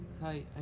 Hi